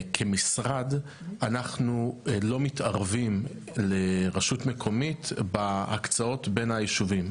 כמשרד אנחנו לא מתערבים לרשות מקומית בהקצאות בין הישובים.